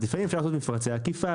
לפעמים אפשר לעשות מפרצי עקיפה,